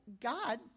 God